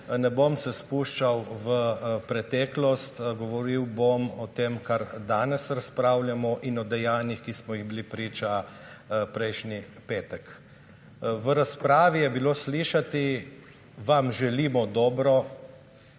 Ne bom se spuščal v preteklost. Govoril bom o tem, o čemer danes razpravljamo, in o dejanjih, ki smo jim bili priča prejšnji petek. V razpravi je bilo slišati: vam želimo dobro,